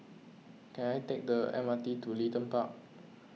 can I take the M R T to Leedon Park